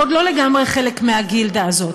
הם עוד לא גמרי חלק מהגילדה הזאת.